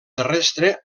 terrestre